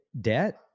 debt